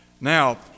Now